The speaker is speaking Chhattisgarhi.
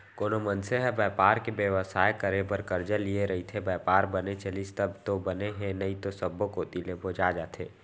कोनो मनसे ह बयपार बेवसाय करे बर करजा लिये रइथे, बयपार बने चलिस तब तो बने हे नइते सब्बो कोती ले बोजा जथे